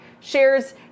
shares